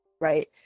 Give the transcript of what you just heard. right